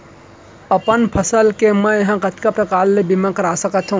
अपन फसल के मै ह कतका प्रकार ले बीमा करा सकथो?